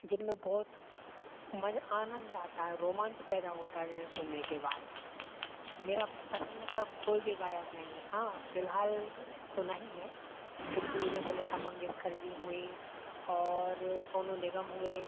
जिनमें बहुत मज़ा आनंद आता है रोमांच पैदा होता है जिन्हें सुनने के बाद मेरा पसंद का कोई भी गायक नहीं है हाँ फ़िलहाल तो नहीं है लेकिन तो जैसे लता मंगेशकर जी हुईं और सोनू निगम हुए